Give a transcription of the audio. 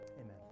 Amen